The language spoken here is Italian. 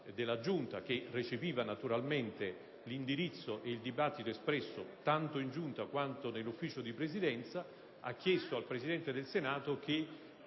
Presidente che recepiva l'indirizzo e il dibattito espresso tanto in Giunta quanto nell'Ufficio di Presidenza, ha chiesto al Presidente del Senato che